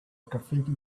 graffiti